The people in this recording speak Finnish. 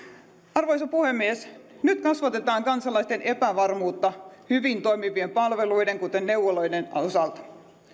arvoisa puhemies nyt kasvatetaan kansalaisten epävarmuutta hyvin toimivien palveluiden kuten neuvoloiden osalta